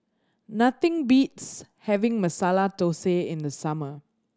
nothing beats having Masala Thosai in the summer